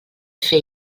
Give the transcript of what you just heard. fer